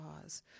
cause